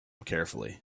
carefully